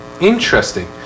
Interesting